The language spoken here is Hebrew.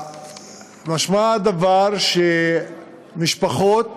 משמע הדבר, שמשפחות